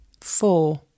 Four